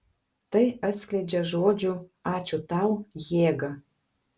tai atskleidžia žodžių ačiū tau jėgą